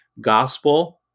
gospel